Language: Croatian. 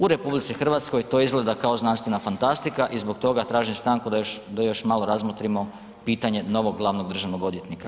U RH to izgleda kao znanstvena fantastika i zbog toga tražim stanku da još, da još malo razmotrimo pitanje novog glavnog državnog odvjetnika.